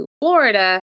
Florida